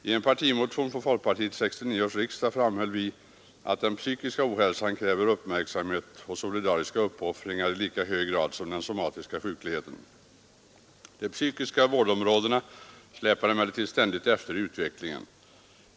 I en partimotion från folkpartiet till 1969 års riksdag framhöll vi att den psykiska ohälsan kräver uppmärksamhet och solidariska uppoffringar i lika hög grad som den somatiska sjukligheten. De ”psykiska vårdområdena släpar emellertid ständigt efter i utvecklingen.